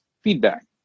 feedback